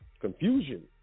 Confusion